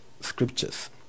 scriptures